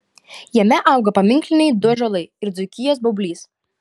jame auga paminkliniai du ąžuolai ir dzūkijos baublys